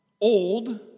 old